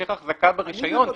להמשך החזקה ברישיון.